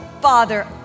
Father